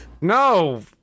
no